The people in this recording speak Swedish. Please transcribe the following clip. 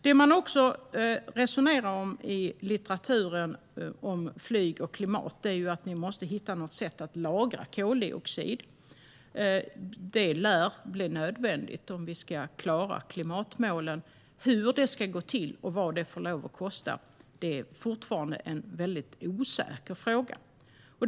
Det man också resonerar om i litteraturen angående flyg och klimat är att vi måste hitta något sätt att lagra koldioxid. Det lär bli nödvändigt om vi ska klara klimatmålen. Hur det ska gå till och vad det får lov att kosta är fortfarande en väldigt osäker fråga.